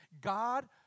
God